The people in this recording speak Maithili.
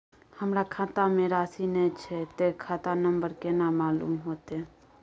हमरा खाता में राशि ने छै ते खाता नंबर केना मालूम होते?